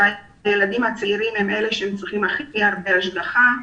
שהילדים הצעירים הם אלה שזקוקים להכי הרבה השגחה.